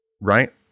right